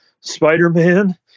spider-man